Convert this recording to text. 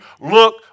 look